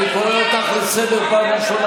אני קורא אותך לסדר פעם ראשונה.